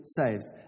saved